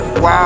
Wow